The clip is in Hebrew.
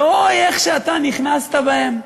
ואוי איך שאתה נכנסת בהם.